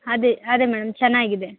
ಅದೇ ಅದೇ ಮೇಡಮ್ ಚೆನ್ನಾಗಿದೆ